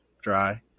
dry